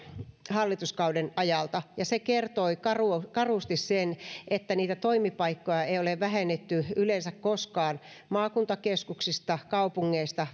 hallituskauden ajalta se kertoi karusti karusti sen että niitä toimipaikkoja ei ole vähennetty yleensä koskaan maakuntakeskuksista kaupungeista